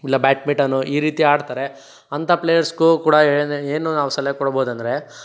ಇಲ್ಲ ಬ್ಯಾಟ್ಮಿಟನು ಈ ರೀತಿ ಆಡ್ತಾರೆ ಅಂತ ಪ್ಲೇಯರ್ಸ್ಗೂ ಕೂಡ ಹೇಳೀ ಏನು ನಾವು ಸಲಹೆ ಕೊಡ್ಬೋದೆಂದರೆ